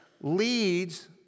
leads